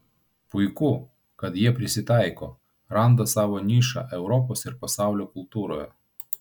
puiku kad jie prisitaiko randa savo nišą europos ir pasaulio kultūroje